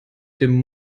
dem